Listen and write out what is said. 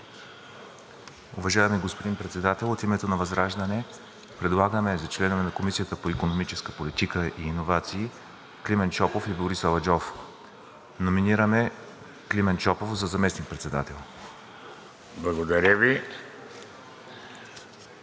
Уважаеми господин Председател, от името на ВЪЗРАЖДАНЕ предлагаме за членове на Комисията по икономическа политика и иновации Климент Шопов и Борис Аладжов. Номинираме Климент Шопов за заместник-председател. ПРЕДСЕДАТЕЛ